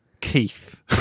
Keith